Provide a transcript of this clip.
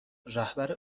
رهبر